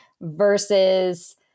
versus